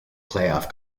playoff